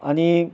अनि